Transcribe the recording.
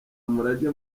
umurage